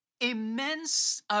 immense